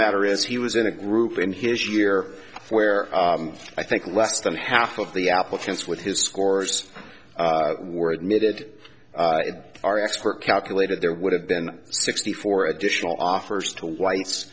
matter is he was in a group in his year where i think less than half of the applicants with his scores were admitted our expert calculated there would have been sixty four additional offers to whites